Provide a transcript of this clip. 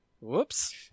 Whoops